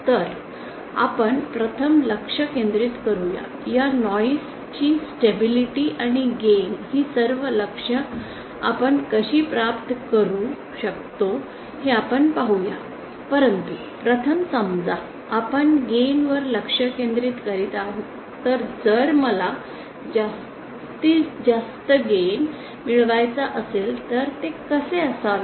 तर आपण प्रथम लक्ष केंद्रित करू या या नॉईस ची स्टॅबिलिटी आणि गेन ही सर्व लक्ष्य आपण कशी प्राप्त करू शकतो हे आपण पाहूया परंतु प्रथम समजा आपण गेन वर लक्ष केंद्रित करीत आहोत तर जर मला जास्तीत जास्त गेन मिळवायचा असेल तर ते कसे असावे